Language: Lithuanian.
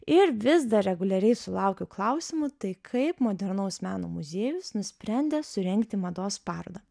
ir vis dar reguliariai sulaukiu klausimų tai kaip modernaus meno muziejus nusprendė surengti mados parodą